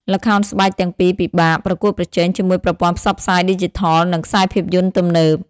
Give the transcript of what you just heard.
ល្ខោនស្បែកទាំងពីរពិបាក ប្រកួតប្រជែង ជាមួយប្រព័ន្ធផ្សព្វផ្សាយឌីជីថល និងខ្សែភាពយន្តទំនើប។